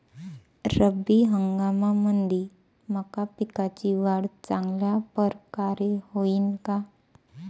रब्बी हंगामामंदी मका पिकाची वाढ चांगल्या परकारे होईन का?